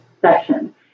section